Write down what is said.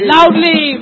Loudly